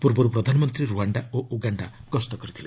ପୂର୍ବରୁ ପ୍ରଧାନମନ୍ତ୍ରୀ ରୁଆଶ୍ଡା ଓ ଉଗାଣ୍ଡା ଗସ୍ତ କରିଥିଲେ